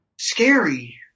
scary